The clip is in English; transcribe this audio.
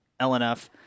lnf